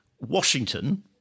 Washington